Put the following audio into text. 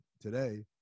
today